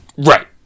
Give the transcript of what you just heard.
Right